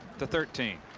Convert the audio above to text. to thirteenth.